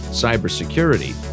cybersecurity